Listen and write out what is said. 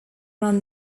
run